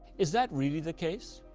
is that really the case?